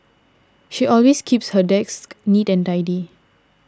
she always keeps her desk neat and tidy